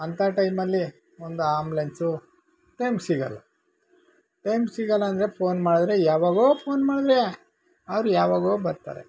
ಅಂಥ ಟೈಮಲ್ಲಿ ಒಂದು ಆಂಬ್ಲೆನ್ಸು ಟೈಮ್ಗೆ ಸಿಗೋಲ್ಲ ಟೈಮ್ಗೆ ಸಿಗೋಲ್ಲ ಅಂದರೆ ಫೋನ್ ಮಾಡಿದ್ರೆ ಯಾವಾಗೋ ಫೋನ್ ಮಾಡಿದ್ರೆ ಅವ್ರು ಯಾವಾಗೋ ಬರ್ತಾರೆ